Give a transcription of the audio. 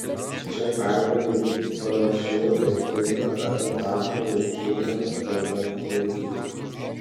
čia pergalei parašau etiudą apie petro vaičiūno dramaturgiją